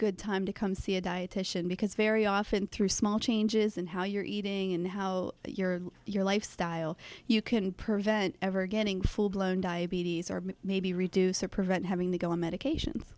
good time to come see a dietician because very often through small changes in how you're eating and how you're your lifestyle you can prevent ever getting full blown diabetes or maybe reduce or prevent having to go on medications